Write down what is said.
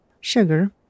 sugar